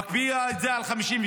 מקפיאה את זה על 52%,